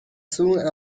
soon